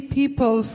people